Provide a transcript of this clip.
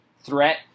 threat